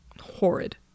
horrid